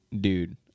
dude